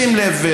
שים לב,